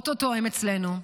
או-טו-טו הן אצלנו.